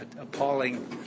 Appalling